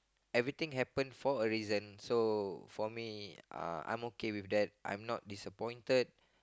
everything for a reason so for me uh I'm okay with that I'm not disappointed